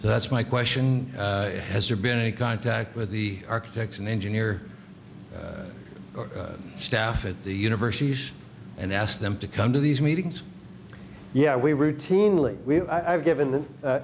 so that's my question has there been any contact with the architects and engineers or staff at the universities and asked them to come to these meetings yeah we routinely i've given th